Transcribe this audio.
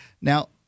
Now